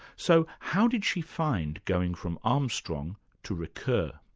so how did she find going from armstrong to ricoeur?